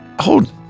hold